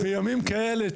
בימים כאלה,